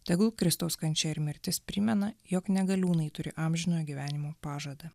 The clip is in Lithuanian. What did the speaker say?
tegul kristaus kančia ir mirtis primena jog ne galiūnai turi amžinojo gyvenimo pažadą